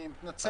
אני מתנצל.